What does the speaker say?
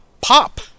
Pop